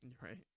Right